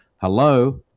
hello